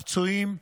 הפצועים,